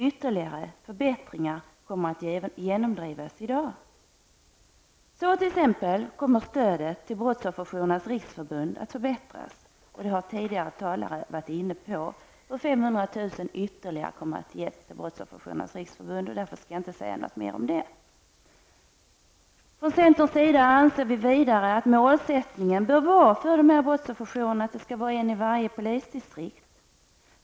Ytterligare förbättringar kommer att genomdrivas i dag. Så t.ex. kommer stödet till Brottsofferjourernas Riksförbund att förbättras. Förbundet får ytterligare 500 000 kr. Detta har tidigare talare varit inne på, och därför skall jag inte säga mer om det. Från centerns sida anser vi vidare, att målsättningen för brottsofferjourerna bör vara att det skall finnas en i varje polisdistrikt.